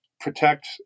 protect